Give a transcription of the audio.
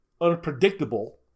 unpredictable